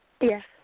Yes